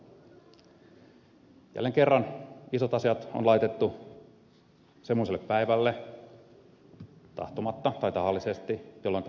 jälleen kerran isot asiat on laitettu semmoiselle päivälle tahtomatta tai tahallisesti jolloinka media on muualla